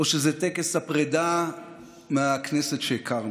או שזה טקס הפרידה מהכנסת שהכרנו?